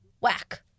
Whack